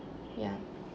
ya